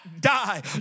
die